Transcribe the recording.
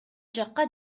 жакка